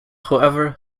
however